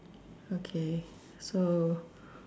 okay so